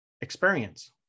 experience